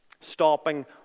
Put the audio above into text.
stopping